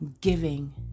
giving